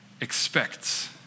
expects